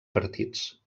partits